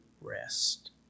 rest